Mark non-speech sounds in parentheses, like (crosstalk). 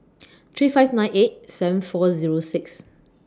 (noise) three five nine eight seven four Zero six